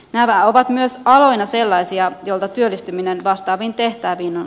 nämä ovat myös aloina sellaisia joilta työllistyminen vastaaviin tehtäviin